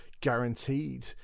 guaranteed